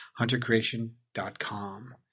huntercreation.com